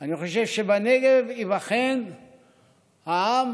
אני חושב שבנגב ייבחן העם